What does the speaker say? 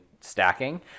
stacking